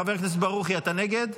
חבר הכנסת ברוכי, אתה נגד?